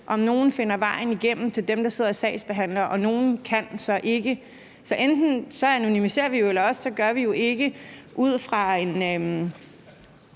om nogle finder vejen igennem til dem, der sidder og sagsbehandler, mens andre så ikke gør. Så enten anonymiserer vi, eller også gør vi ikke. Jeg er